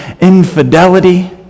infidelity